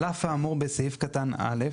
על אף האמור בסעיף קטן (א),